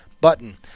button